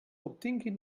obtinguin